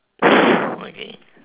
okay